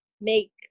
make